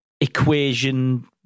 equation